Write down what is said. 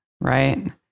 right